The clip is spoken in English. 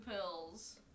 pills